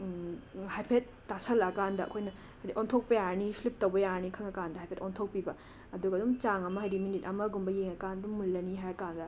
ꯍꯥꯏꯐꯦꯠ ꯇꯥꯁꯜꯂꯛꯑꯀꯥꯟꯗ ꯑꯩꯈꯣꯏꯅ ꯑꯣꯟꯊꯣꯛꯄ ꯌꯥꯔꯅꯤ ꯐ꯭ꯂꯤꯞ ꯇꯧꯕ ꯌꯥꯔꯅꯤ ꯈꯪꯉꯀꯥꯟꯗ ꯍꯥꯏꯐꯦꯠ ꯑꯣꯟꯊꯣꯛꯄꯤꯕ ꯑꯗꯨꯒ ꯑꯗꯨꯝ ꯆꯥꯡ ꯑꯃ ꯍꯥꯏꯗꯤ ꯃꯤꯅꯤꯠ ꯑꯃꯒꯨꯝꯕ ꯌꯦꯡꯉꯀꯥꯟ ꯑꯗꯨꯝ ꯃꯨꯜꯂꯅꯤ ꯍꯥꯏꯔꯀꯥꯟꯗ